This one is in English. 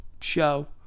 show